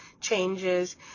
changes